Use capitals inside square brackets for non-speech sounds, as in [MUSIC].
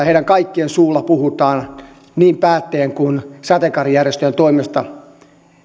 [UNINTELLIGIBLE] heidän kaikkien suulla puhutaan niin päättäjien kuin sateenkaarijärjestöjen toimesta